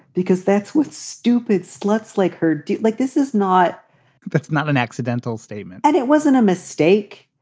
because that's what stupid sluts like her like this is not that's not an accidental statement. and it wasn't a mistake.